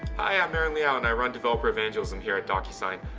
hi i'm aaron liao and i run developer evangelism here at docusign.